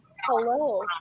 Hello